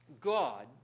God